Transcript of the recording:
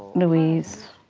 louise,